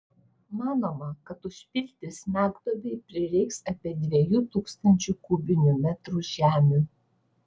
manoma kad užpilti smegduobei prireiks apie dviejų tūkstančių kubinių metrų žemių